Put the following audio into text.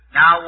Now